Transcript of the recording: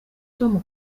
tom